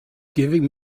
giving